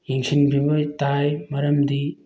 ꯌꯦꯡꯁꯤꯟꯕꯤꯕ ꯇꯥꯏ ꯃꯔꯝꯗꯤ